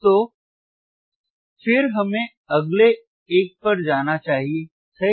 तोह फिरहमें अगले एक पर जाना चाहिए सही